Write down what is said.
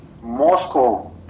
Moscow